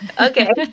okay